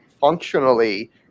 functionally